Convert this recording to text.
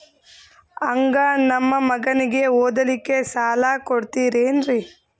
ಹಂಗ ನಮ್ಮ ಮಗನಿಗೆ ಓದಲಿಕ್ಕೆ ಸಾಲ ಕೊಡ್ತಿರೇನ್ರಿ?